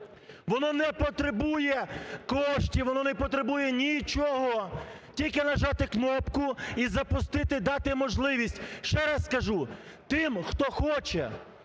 Воно не потребує коштів, воно не потребує нічого, тільки нажати кнопку і запустити дати можливість. Ще раз кажу, тим – хто хоче,